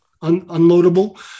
unloadable